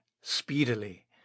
speedily